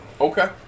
Okay